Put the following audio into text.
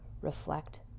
reflect